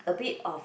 a bit of